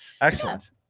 Excellent